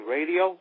Radio